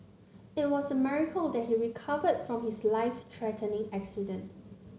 it was a miracle that he recovered from his life threatening accident